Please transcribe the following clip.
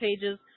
pages